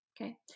okay